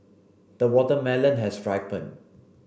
the watermelon has ripened